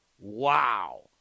Wow